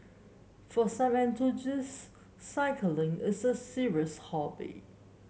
for some cycling is a serious hobby